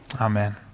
Amen